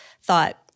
thought